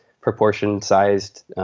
proportion-sized